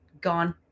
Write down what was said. gone